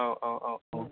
औ औ औ औ